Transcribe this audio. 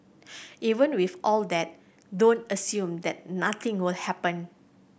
even with all that don't assume that nothing will happen